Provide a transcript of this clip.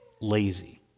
lazy